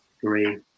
three